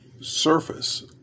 surface